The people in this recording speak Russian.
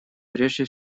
прежде